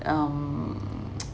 um